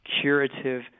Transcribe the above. curative